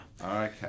Okay